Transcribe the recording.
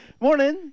Morning